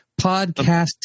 podcast